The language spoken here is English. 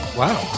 wow